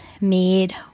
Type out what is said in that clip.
made